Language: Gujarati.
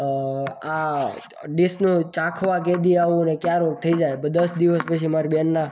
આ ડીશનું ચાખવા કયા દીવસે આવું અને ક્યારે થઈ જશે દસ દિવસ પછી મારી બેનના